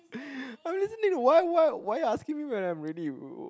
I'm listening why why why you asking me whether I'm ready